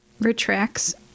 retracts